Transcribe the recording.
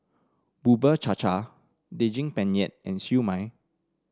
Bubur Cha Cha Daging Penyet and Siew Mai